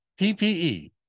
PPE